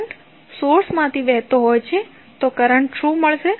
current સોર્સમાંથી વહેતો હોય છે તો કરંટ શું છે